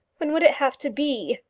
when would it have to be?